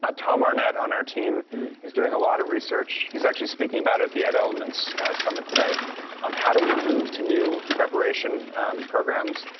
ah tom arnett on our team is doing a lot of research, he's actually speaking about it at the edelements summit today on how do we moved to new preparation programs.